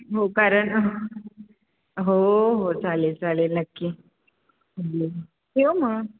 हो कारण हो हो चालेल चालेल नक्की ठेवू मग